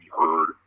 heard